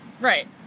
Right